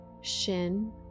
shin